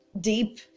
deep